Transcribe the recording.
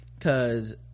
Cause